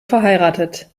verheiratet